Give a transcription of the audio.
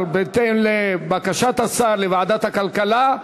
הצעה זו תועבר, בהתאם לבקשת השר, לוועדת הכלכלה,